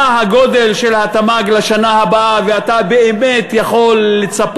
כולל ההסתייגות של סעיף 1. סעיף